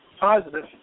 positive